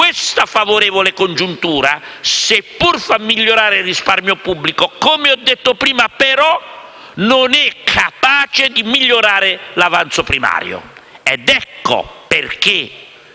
questa favorevole congiuntura seppure fa migliorare il risparmio pubblico, come ho detto prima, non è però capace di migliorare l'avanzo primario ed ecco perché